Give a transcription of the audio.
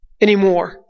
anymore